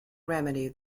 remedy